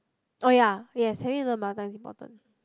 oh ya yes having to learn mother tongue is important